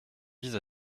vise